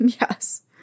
Yes